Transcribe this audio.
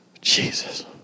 Jesus